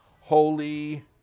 holy